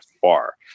far